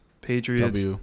Patriots